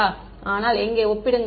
மாணவர் ஆனால் எங்கே ஒப்பிடுங்கள்